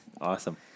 Awesome